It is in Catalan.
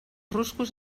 ruscos